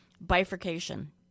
bifurcation